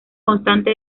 constante